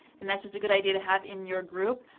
and that's just a good idea to have in your group.